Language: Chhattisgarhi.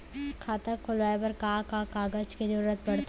खाता खोलवाये बर का का कागज के जरूरत पड़थे?